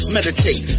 Meditate